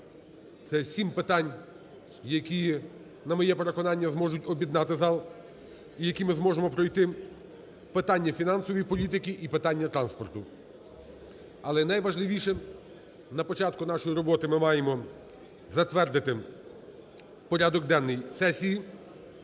Це сім питань, які, на моє переконання, зможуть об'єднати зал і які ми зможемо пройти, питання фінансової політики і питання транспорту. Але найважливіше на початку нашої роботи ми маємо затвердити порядок денний сесії